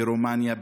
ברומניה,